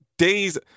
Days